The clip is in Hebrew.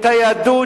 את היהדות,